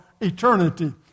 eternity